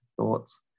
thoughts